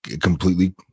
completely